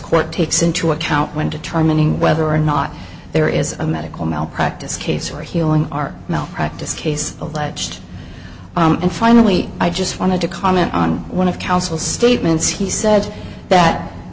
court takes into account when determining whether or not there is a medical malpractise case or healing our malpractise case alleged and finally i just wanted to comment on one of counsel statements he said that